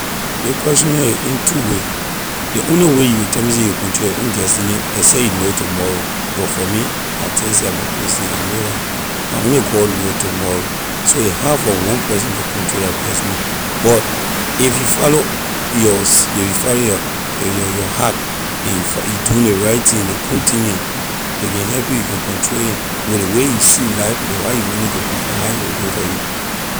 Ley question here a in two way ley only way you will tell me say you will control your own destiny except you know tomorrow but for me I tell you say i’m a christian I know la only god know tomorrow so a hard for one person to control la destiny but if you follow your se- if you follow your your your your heart and you fol- do ley right thing ley good thing neh a can help you, you can control it with ley way you see life ley way you want to be la how a will go for you.